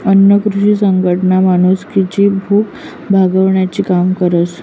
अन्न कृषी संघटना माणूसनी भूक भागाडानी काम करस